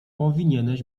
powinieneś